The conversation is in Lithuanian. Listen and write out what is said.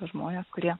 žmones kurie